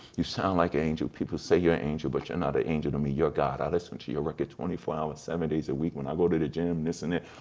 you sound like an angel, people say you're an angel, but you're not an angel to me, you're a god. i listen to your record twenty four hours seven days a week, when i go to the gym, this and that.